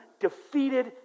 defeated